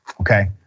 okay